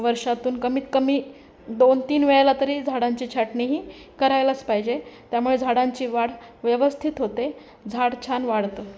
वर्षातून कमीत कमी दोन तीन वेळेला तरी झाडांची छाटणी ही करायलाच पाहिजे त्यामुळे झाडांची वाढ व्यवस्थित होते झाड छान वाढतं